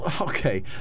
Okay